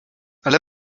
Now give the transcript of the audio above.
ale